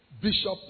Bishop